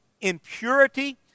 impurity